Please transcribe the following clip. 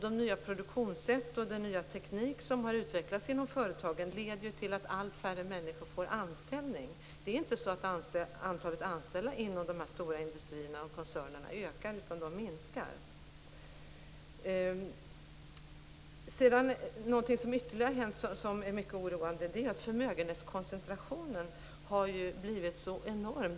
De nya produktionssätt och den nya teknik som har utvecklats inom företagen leder till att allt färre människor får anställning. Det är inte så att antalet anställda inom dessa stora industrier och koncerner ökar, utan de minskar. Något annat som har hänt som är mycket oroande är att förmögenhetskoncentrationen har blivit så enorm.